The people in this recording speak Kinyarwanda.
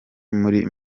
muri